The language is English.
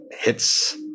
hits